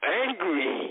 angry